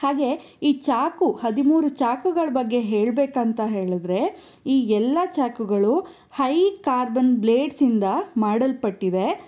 ಹಾಗೆ ಈ ಚಾಕು ಹದಿಮೂರು ಚಾಕುಗಳ ಬಗ್ಗೆ ಹೇಳಬೇಕಂತ ಹೇಳಿದರೆ ಈ ಎಲ್ಲ ಚಾಕುಗಳು ಹೈ ಕಾರ್ಬನ್ ಬ್ಲೇಡ್ಸಿಂದ ಮಾಡಲ್ಪಟ್ಟಿವೆ